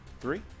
three